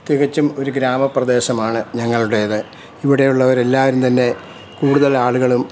തികച്ചും ഒരു ഗ്രാമപ്രദേശമാണ് ഞങ്ങളുടേത് ഇവിടെയുള്ളവർ എല്ലാവരും തന്നെ കൂടുതൽ ആളുകളും